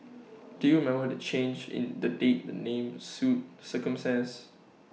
do remember to change in the date and name suit circumstances